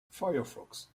firefox